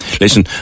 Listen